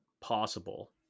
possible